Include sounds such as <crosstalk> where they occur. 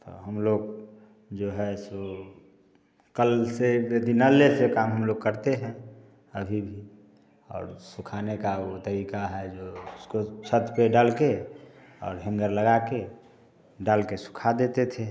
तो हम लोग जो है सो कल से <unintelligible> दिनालय से काम हम लोग करते हैं अभी भी और सुखाने का वो तरीका है जो उसको छत पे डाल के और हैंगर लगा के डाल के सुखा देते थे